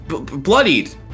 bloodied